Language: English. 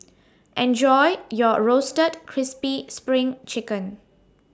Enjoy your Roasted Crispy SPRING Chicken